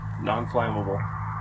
non-flammable